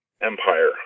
Empire